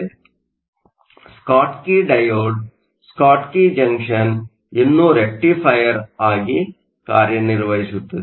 ಆದ್ದರಿಂದ Schottky diode Schottky junction ಇನ್ನೂ rectifier ಆಗಿ ಕಾರ್ಯನಿರ್ವಹಿಸುತ್ತದೆ